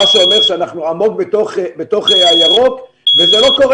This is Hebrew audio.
מה שאומר אנחנו עמוק בתוך הירוק וזה לא קורה